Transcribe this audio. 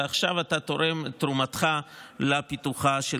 ועכשיו אתה תורם את תרומתך לפיתוחה של